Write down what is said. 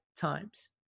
times